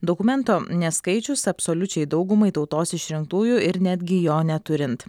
dokumento neskaičius absoliučiai daugumai tautos išrinktųjų ir netgi jo neturint